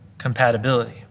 compatibility